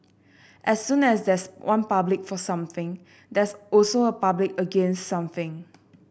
as soon as there's one public for something there's also a public against something